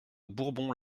bourbon